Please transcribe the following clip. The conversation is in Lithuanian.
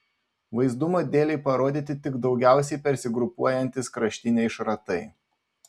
vaizdumo dėlei parodyti tik daugiausiai persigrupuojantys kraštiniai šratai